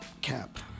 cap